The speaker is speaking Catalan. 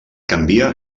canvia